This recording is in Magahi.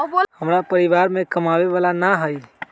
हमरा परिवार में कमाने वाला ना है?